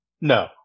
no